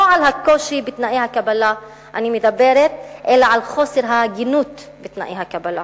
לא על הקושי בתנאי הקבלה אני מדברת אלא על חוסר ההגינות בתנאי הקבלה,